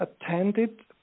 attended